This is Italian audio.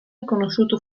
riconosciuto